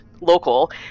local